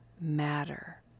matter